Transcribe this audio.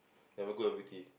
never go already